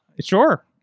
Sure